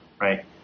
right